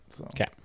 Okay